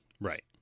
Right